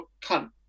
cunt